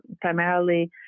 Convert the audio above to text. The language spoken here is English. primarily